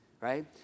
right